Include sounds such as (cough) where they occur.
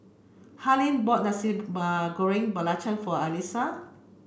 Harlene bought Nasi (unintelligible) Goreng Belacan for Alysia